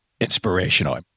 inspirational